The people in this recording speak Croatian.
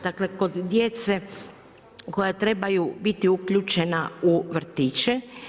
Dakle, kod djece koja trebaju biti uključeni u vrtiće.